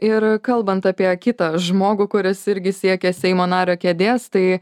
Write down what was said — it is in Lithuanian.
ir kalbant apie kitą žmogų kuris irgi siekia seimo nario kėdės tai